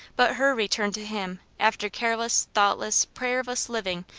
but her return to him, after careless, thoughtless, prayerless living,